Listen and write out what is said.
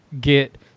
get